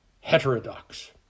heterodox